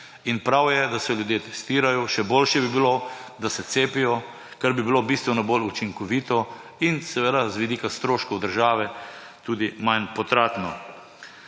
In prav je, da se ljudje testirajo, še boljše bi bilo, da se cepijo, kar bi bilo bistveno bolj učinkovito in seveda z vidika stroškov države tudi manj potratno.